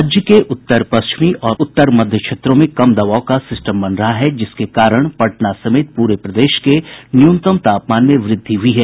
राज्य के उत्तर पश्चिमी और उत्तर मध्य क्षेत्रों में कम दबाव का सिस्टम बन रहा है जिसके कारण पटना समेत पूरे प्रदेश के न्यूनतम तापमान में वृद्धि हुई है